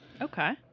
Okay